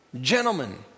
Gentlemen